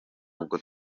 ubwo